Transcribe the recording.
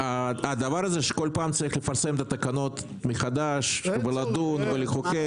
הדבר הזה שצריך כל פעם לפרסם את התקנות מחדש ולדון ולחוקק,